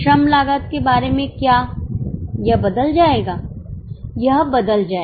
श्रम लागत के बारे में क्या यह बदल जाएगा